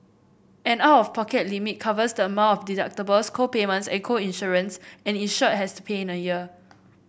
an out of pocket limit covers the amount of deductibles co payments and co insurance an insured has to pay in a year